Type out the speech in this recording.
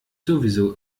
sowieso